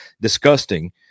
disgusting